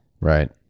Right